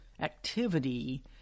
activity